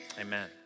amen